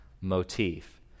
motif